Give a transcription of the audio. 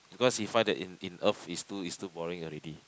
because he find that in in Earth it's too it's too boring already